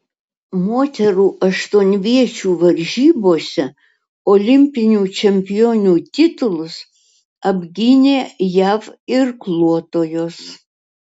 moterų aštuonviečių varžybose olimpinių čempionių titulus apgynė jav irkluotojos